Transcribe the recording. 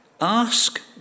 Ask